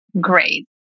great